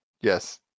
yes